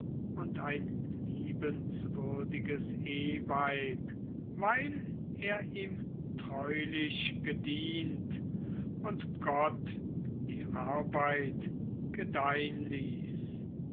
und ein liebenswürdiges ehweib weil er ihm treulich gedient und gott die arbeit gedeihn ließ